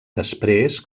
després